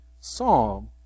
psalm